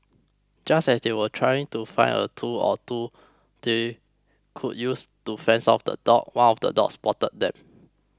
just as they were trying to find a tool or two they could use to fend off the dogs one of the dogs spotted them